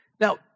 Now